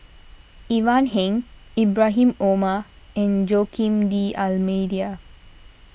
Ivan Heng Ibrahim Omar and Joaquim D'Almeida